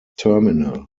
terminal